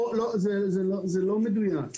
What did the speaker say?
זה לא מדויק.